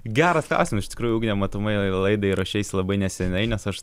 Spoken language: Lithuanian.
geras klausimas iš tikrųjų ugne matomai laidai ruošeisi labai neseniai nes aš